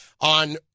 on